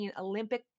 Olympic